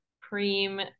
cream